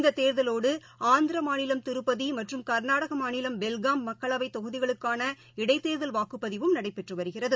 இந்ததேர்தலோடுஆந்திரமாநிலம் திருப்பதிமற்றும் கர்நாடகமாநிலம் பெல்ஹாம் மக்களவைதொகுதிகளுக்கான இடைத்தோதல் வாக்குப்பதிவும் நடைபெற்றுவருகிறது